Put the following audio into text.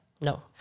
No